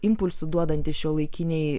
impulsų duodanti šiuolaikinei